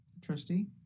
trustee